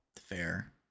Fair